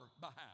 behalf